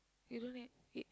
you don't need